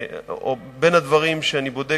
ובין הדברים שאני בודק,